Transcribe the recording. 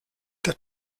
der